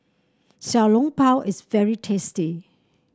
Xiao Long Bao is very tasty